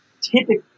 typically